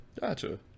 gotcha